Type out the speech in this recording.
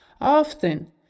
Often